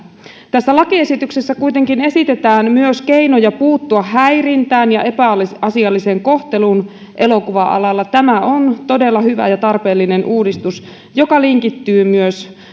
tässä lakiesityksessä kuitenkin esitetään myös keinoja puuttua häirintään ja epäasialliseen kohteluun elokuva alalla tämä on todella hyvä ja tarpeellinen uudistus joka linkittyy myös